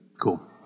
cool